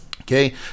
okay